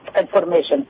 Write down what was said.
information